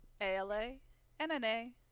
a-l-a-n-n-a